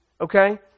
Okay